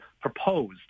proposed